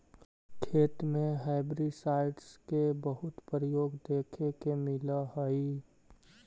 खेत में हर्बिसाइडस के बहुत प्रयोग देखे के मिलऽ हई